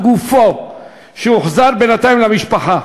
שהוחזר בינתיים למשפחה.